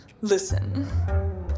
Listen